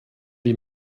die